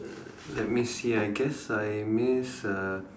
let me see I guess I miss uh